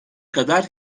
kadar